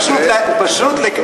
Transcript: פשוט,